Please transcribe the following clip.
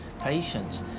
patients